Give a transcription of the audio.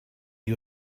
you